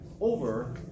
over